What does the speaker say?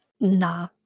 nah